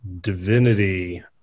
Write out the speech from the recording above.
divinity